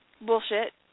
bullshit